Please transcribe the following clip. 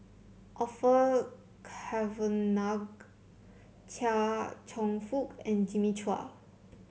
Orfeur Cavenagh Chia Cheong Fook and Jimmy Chua